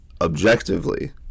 objectively